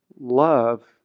love